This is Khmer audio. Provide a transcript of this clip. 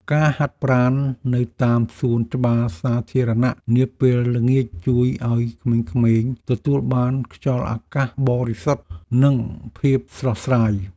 ការហាត់ប្រាណនៅតាមសួនច្បារសាធារណៈនាពេលល្ងាចជួយឱ្យក្មេងៗទទួលបានខ្យល់អាកាសបរិសុទ្ធនិងភាពស្រស់ស្រាយ។